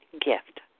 gift